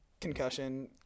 Concussion